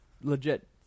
legit